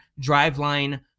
driveline